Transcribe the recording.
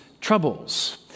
troubles